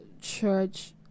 church